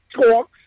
talks